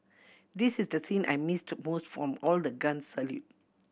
this is the scene I missed most from all the guns salute